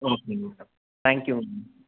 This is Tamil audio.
ஓகேங்க தேங்க்யூ